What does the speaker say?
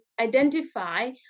identify